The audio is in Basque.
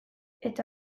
eta